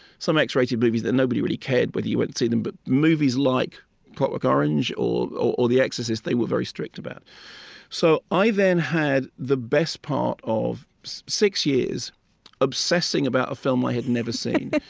some x-rated movies that nobody really cared whether you went to see them. but movies like clockwork orange or or the exorcist, they were very strict about so i then had the best part of six years obsessing about a film i had never seen.